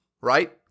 right